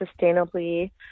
sustainably